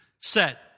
set